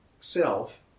self